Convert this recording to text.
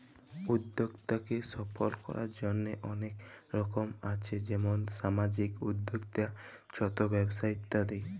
উদ্যক্তাকে সফল করার জন্হে অলেক রকম আছ যেমন সামাজিক উদ্যক্তা, ছট ব্যবসা ইত্যাদি